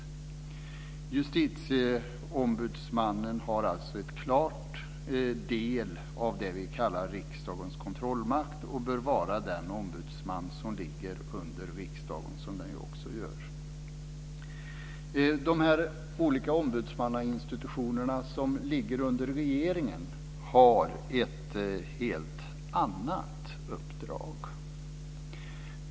Justitieombudsmannen har alltså en klar del av det vi kallar riksdagens kontrollmakt och bör vara den ombudsman som ligger under riksdagen, som den också gör. De olika ombudsmannainstitutioner som ligger under regeringen har ett helt annat uppdrag.